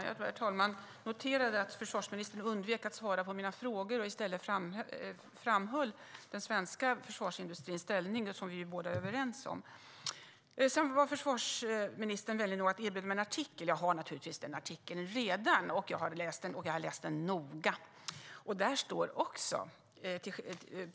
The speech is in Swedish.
Herr talman! Jag noterade att försvarsministern undvek att svara på mina frågor. I stället framhöll hon den svenska försvarsindustrins ställning, som vi ju båda är överens om. Sedan var försvarsministern vänlig nog att erbjuda mig en artikel. Jag har naturligtvis redan läst den artikeln, och jag har läst den noga.